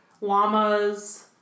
Llamas